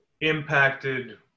impacted